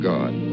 God